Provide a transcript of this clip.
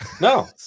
No